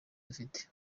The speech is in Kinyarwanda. dufite